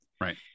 Right